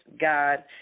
God